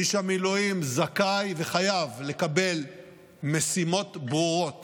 איש המילואים זכאי וחייב לקבל משימות ברורות